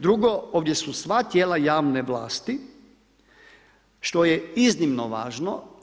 Drugo, ovdje su sva tijela javne vlasti što je iznimno važno.